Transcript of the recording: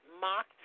mocked